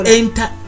enter